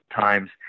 times